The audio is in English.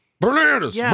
Bananas